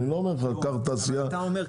אני לא אומר קח תעשייה תעשה אותה --- אתה אומר,